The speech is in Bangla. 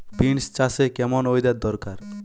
বিন্স চাষে কেমন ওয়েদার দরকার?